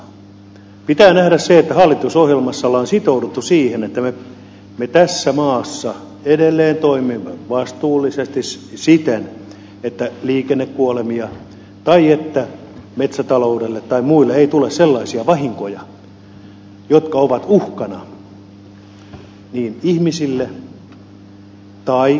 pitää nähdä se että hallitusohjelmassa on sitouduttu siihen että me tässä maassa edelleen toimimme vastuullisesti siten että ei tulisi liikennekuolemia tai että metsätaloudelle tai muille ei tule sellaisia vahinkoja jotka ovat uhkana ihmisille tai taloudelle